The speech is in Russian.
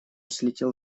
слетел